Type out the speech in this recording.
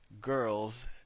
girls